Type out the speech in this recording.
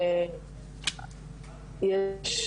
אוקיי.